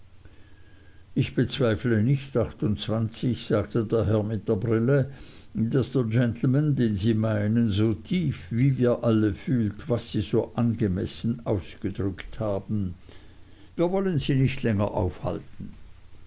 ich bezweifle nicht sagte der herr mit der brille daß der gentleman den sie meinen so tief wie wir alle fühlen was sie so angemessen ausgedrückt haben wir wollen sie nicht länger aufhalten